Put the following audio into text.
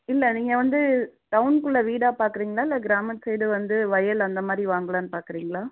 இல்லை நீங்கள் வந்து டவுன்குள்ளே வீடாக பார்க்குறிங்களா இல்லை கிராமத்து சைடு வந்து வயல் அந்தமாதிரி வாங்கலான்னு பார்க்குறிங்களா